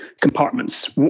compartments